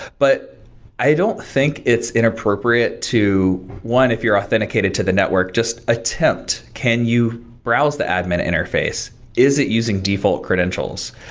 but i don't think it's inappropriate to one, if you're authenticated to the network, just attempt can you browse the admin interface? is it using default credentials?